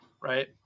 right